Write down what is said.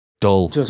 Dull